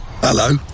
Hello